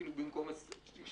במקום 19%,